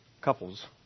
couples